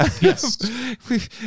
Yes